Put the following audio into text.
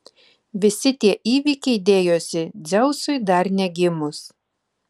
visi tie įvykiai dėjosi dzeusui dar negimus